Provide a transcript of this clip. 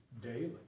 daily